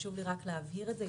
חשוב לי רק להבהיר את זה,